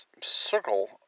circle